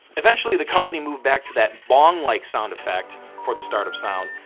eventually the company moved back to that bong-like sound effect for the startup sound.